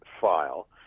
file